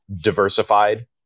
diversified